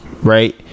right